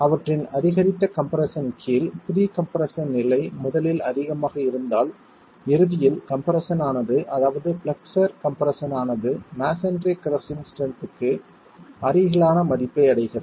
அவற்றின் அதிகரித்த கம்ப்ரெஸ்ஸன் கீழ் ப்ரீ கம்ப்ரெஸ்ஸன் நிலை முதலில் அதிகமாக இருந்தால் இறுதியில் கம்ப்ரெஸ்ஸன் ஆனது அதாவது பிளக்ஸர் கம்ப்ரெஸ்ஸன் ஆனது மஸோன்றி கிரஸ்ஸிங் ஸ்ட்ரென்த்க்கு அருகிலான மதிப்பை அடைகிறது